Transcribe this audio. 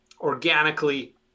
organically